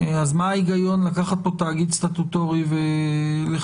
אז מה ההיגיון לקחת כאן תאגיד סטטוטורי ולחייב